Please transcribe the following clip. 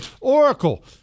Oracle